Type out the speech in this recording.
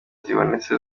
zibonetse